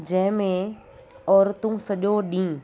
जंहिंमें औरतूं सॼो ॾींहुं